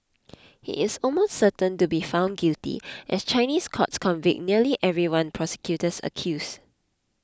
he is almost certain to be found guilty as Chinese courts convict nearly everyone prosecutors accuse